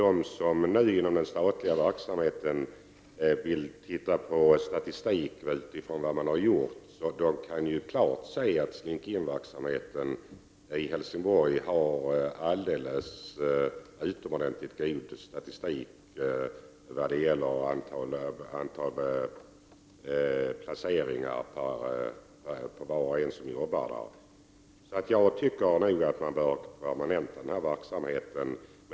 De som är nya inom den statliga verksamheten och studerar statistiken över vad som har gjorts kan klart se att Slink In-verksamheten i Helsingborg har en alldeles utomordentlig god statistik vad gäller antalet placeringar. Jag tycker att man bör permanenta verksamheten.